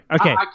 Okay